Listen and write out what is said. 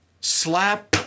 slap